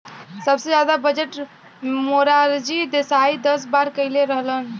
सबसे जादा बजट मोरारजी देसाई दस बार कईले रहलन